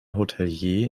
hotelier